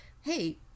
hey